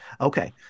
Okay